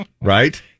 Right